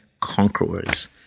conquerors